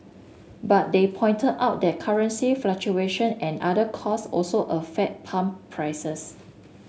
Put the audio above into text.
but they pointed out that currency fluctuation and other costs also affect pump prices